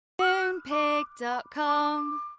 Moonpig.com